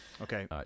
Okay